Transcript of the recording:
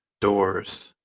doors